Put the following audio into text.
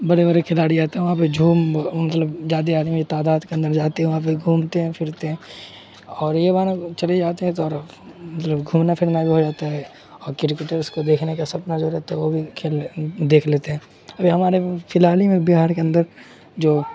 بڑے بڑے کھلاڑی آتے ہیں وہاں پہ جھوم مطلب زیادہ آدمی تعداد کے اندر جاتے ہیں وہاں پہ گھومتے ہیں پھرتے ہیں اور یہ بہانہ چلے جاتے ہیں تو اور مطلب گھومنا پھرنا بھی ہو جاتا ہے اور کرکٹرس کو دیکھنے کا سپنا جو رہتا ہے وہ بھی کھیل دیکھ لیتے ہیں ابھی ہمارے فی الحال ہی میں بہار کے اندر جو